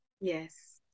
yes